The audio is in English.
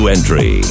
Entry